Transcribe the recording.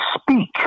speak